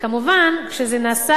כמובן, כשזה נעשה